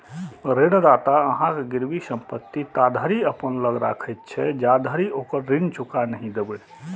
ऋणदाता अहांक गिरवी संपत्ति ताधरि अपना लग राखैत छै, जाधरि ओकर ऋण चुका नहि देबै